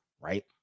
right